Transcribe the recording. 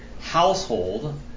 household